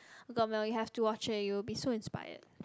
oh-god Mel you have to watch it and you will be so inspired